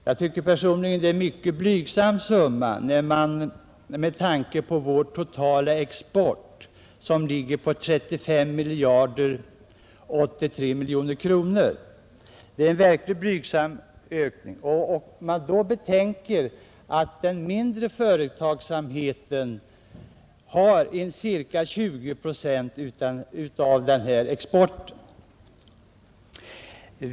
Jag tycker personligen att det är en mycket blygsam summa med tanke på att vår totala export ligger på 35 083 miljoner kronor. Det är en verkligt blygsam ökning, om man betänker att den mindre företagsamheten står för ca 20 procent av denna export.